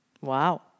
Wow